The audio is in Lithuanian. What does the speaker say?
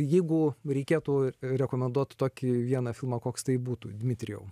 jeigu reikėtų rekomenduot tokį vieną filmą koks tai būtų dmitrijau